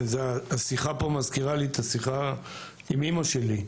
השיחה פה מזכירה לי את השיחה עם אמא שלי,